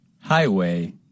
Highway